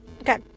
okay